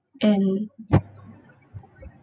and